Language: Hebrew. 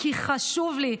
כי חשוב לי,